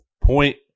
Point